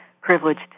privileged